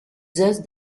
zeus